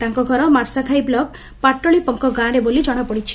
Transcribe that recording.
ତାଙ୍କ ଘର ମାର୍ଶାଘାଇ ବ୍ଲକ ପାଟଳିପଙ୍କ ଗାଁରେ ବୋଲି ଜଣାପଡ଼ିଛି